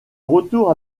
retour